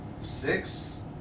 Six